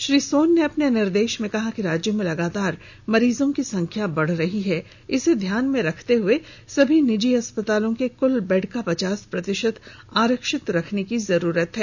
श्री सोन ने अपने निर्देश में कहा है कि राज्य में लगातार मरीजों की संख्या बढ़ रही है इसे ध्यान में रखते हुए सभी निजी अस्पतालों के कुल बेड का पचास प्रतिशत आरक्षित रखने की जरूरत है